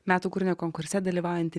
metų kūrinio konkurse dalyvaujantį